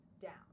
down